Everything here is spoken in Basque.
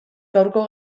gaurko